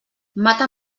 mata